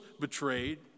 betrayed